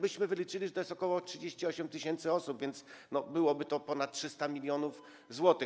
Myśmy wyliczyli, że to jest ok. 38 tys. osób, więc byłoby to ponad 300 mln zł.